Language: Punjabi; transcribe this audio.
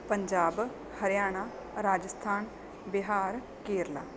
ਪੰਜਾਬ ਹਰਿਆਣਾ ਰਾਜਸਥਾਨ ਬਿਹਾਰ ਕੇਰਲਾ